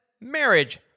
marriage